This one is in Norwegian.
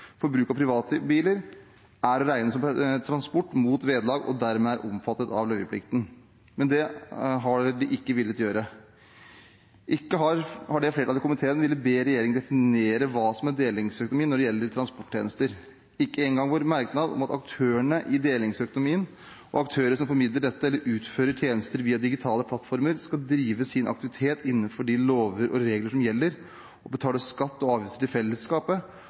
er å regne som transport mot vederlag og dermed er omfattet av løyveplikten». Men det har de ikke villet gjøre. Ikke har det flertallet i komiteen villet be regjeringen om å definere hva som er delingsøkonomien når det gjelder transporttjenester, og ikke engang vår merknad om at aktørene i delingsøkonomien og aktører som formidler dette eller utfører tjenester via digitale plattformer, skal drive sin aktivitet innenfor de lover og regler som gjelder, og betale skatt og avgifter til fellesskapet,